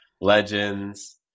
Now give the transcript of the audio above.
Legends